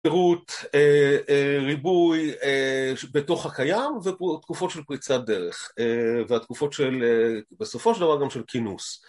ריבוי בתוך הקיים ותקופות של פריצת דרך והתקופות של, בסופו של דבר גם של כינוס